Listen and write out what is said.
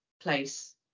place